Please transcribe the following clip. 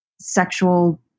sexual